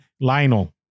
Lionel